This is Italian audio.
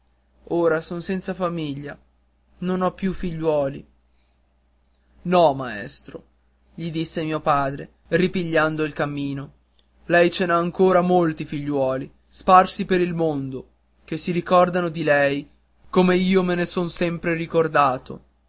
ora son senza famiglia non ho più figliuoli no maestro gli disse mio padre ripigliando il cammino lei ce n'ha ancora molti figliuoli sparsi per il mondo che si ricordano di lei come io me ne son sempre ricordato